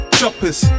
Choppers